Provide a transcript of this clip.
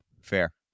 Fair